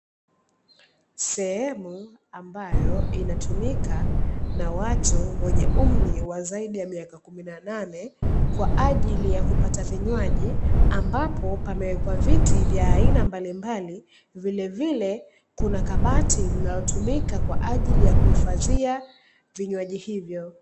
Sehemu ambayo inatumika na watu wenye umri wa zaidi ya miaka kumi na nane kwa ajili ya kupata vinywaji, ambapo pamewekwa viti vya aina mbalimbali, vilevile kuna kabati linalotumika kwa ajili ya kuhifadhia vinywaji hivyo.